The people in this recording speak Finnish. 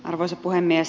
arvoisa puhemies